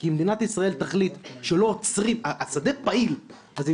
כי אם מדינת ישראל תחליט שלא עוצרים השדה פעיל אז אם